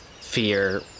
fear